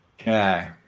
Okay